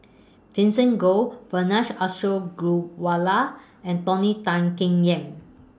Vivien Goh Vijesh Ashok Ghariwala and Tony Tan Keng Yam